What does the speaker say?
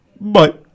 Bye